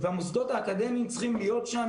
והמוסדות האקדמיים צריכים להיות שם.